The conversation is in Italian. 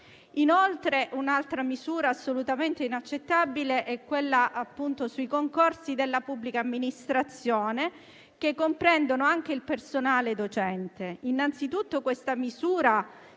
no. Un'altra misura assolutamente inaccettabile è quella sui concorsi della pubblica amministrazione, che comprendono anche il personale docente. Innanzitutto questa misura,